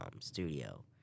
studio